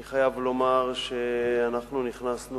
אני חייב לומר שאנחנו נכנסנו